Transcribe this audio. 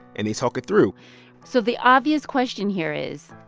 and they talk it through so the obvious question here is,